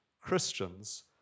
Christians